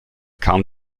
kam